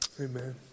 Amen